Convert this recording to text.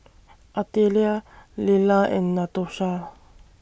Artelia Lella and Natosha